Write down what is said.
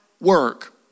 work